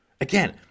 Again